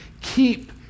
Keep